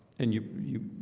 and you you